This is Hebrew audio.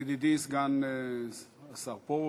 ידידי סגן השר פרוש,